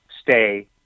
stay